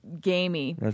gamey